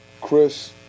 Chris